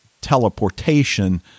teleportation